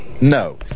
No